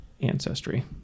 ancestry